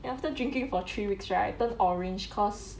and after drinking for three weeks right I turn orange cause